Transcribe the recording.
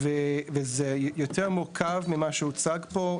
וזה יותר מורכב ממה שהוצג פה.